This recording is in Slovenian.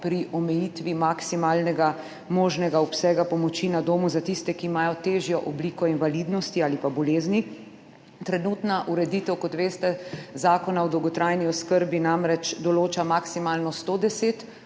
pri omejitvi maksimalnega možnega obsega pomoči na domu za tiste, ki imajo težjo obliko invalidnosti ali bolezni. Trenutna ureditev Zakona o dolgotrajni oskrbi, kot veste, namreč določa maksimalno 110